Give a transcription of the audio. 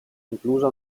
inclusa